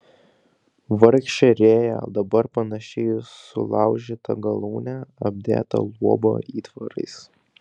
vargšė rėja dabar panaši į sulaužytą galūnę apdėtą luobo įtvarais